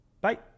Bye